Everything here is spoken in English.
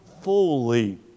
fully